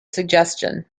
suggestion